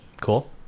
Cool